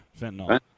fentanyl